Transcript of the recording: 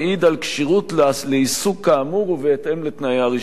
על כשירות לעיסוק כאמור ובהתאם לתנאי הרשיון".